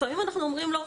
לפעמים אנחנו אומרים לו: